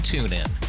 TuneIn